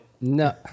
No